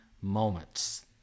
moments